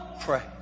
pray